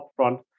upfront